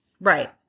Right